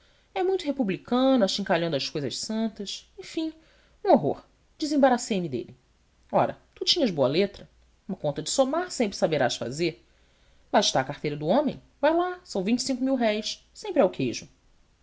e muito republicano achincalhando as cousas santas enfim um horror desembaracei me dele ora tu tinhas boa letra uma conta de somar sempre saberás fazer lá está a carteira do homem vai lá são vinte e cinco mil-réis sempre é o queijo